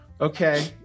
Okay